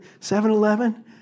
7-Eleven